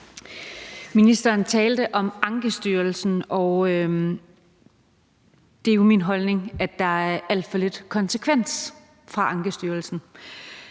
Ministeren talte om Ankestyrelsen, og det er jo min holdning, at der er alt for lidt konsekvens fra Ankestyrelsen.